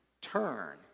turn